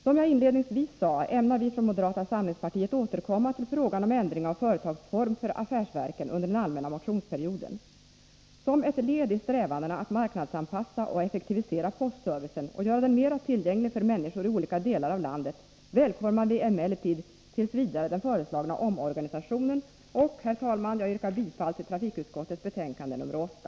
Som jag inledningsvis sade, ämnar vi från moderata samlingspartiet återkomma till frågan om ändring av företagsform för affärsverken under den allmänna motionsperioden. Som ett led i strävandena att marknadsanpassa och effektivisera postservicen och göra den mera tillgänglig för människor i olika delar av landet välkomnar vi emellertid t. v. den föreslagna omorganisationen. Jag yrkar bifall till trafikutskottets hemställan i betänkande 8.